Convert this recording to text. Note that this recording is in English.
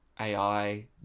AI